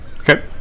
Okay